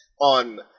on